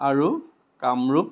আৰু কামৰূপ